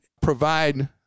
provide